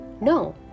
No